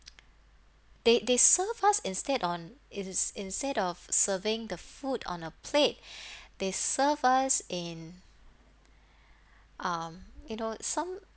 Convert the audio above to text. they they serve us instead on it is instead of serving the food on a plate they serve us in um you know some